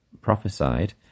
prophesied